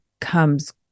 comes